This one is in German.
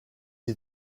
sie